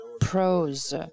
pros